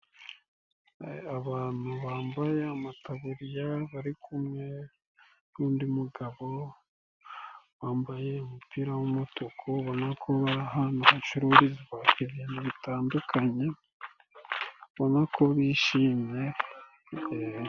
Abantu bambaye amataburiya bari kumwe n'undi mugabo wambaye umupira w'umutuku, ubona ko bari ahantu hacururizwa ibintu bitandukanye, abona ko bishimye.